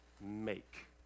make